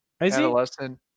adolescent